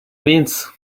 means